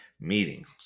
meetings